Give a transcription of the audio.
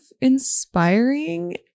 inspiring